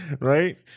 right